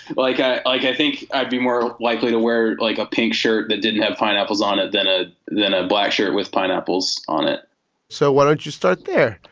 like i don't think i'd be more likely to wear like a pink shirt that didn't have pineapples on it than ah than a black shirt with pineapples on it so why don't you start there,